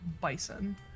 bison